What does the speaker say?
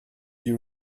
you